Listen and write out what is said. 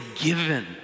given